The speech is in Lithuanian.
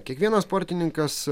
kiekvienas sportininkas